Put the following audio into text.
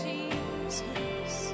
Jesus